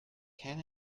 can